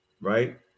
right